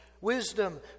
Wisdom